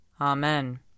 Amen